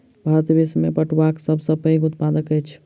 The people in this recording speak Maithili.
भारत विश्व में पटुआक सब सॅ पैघ उत्पादक अछि